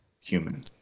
human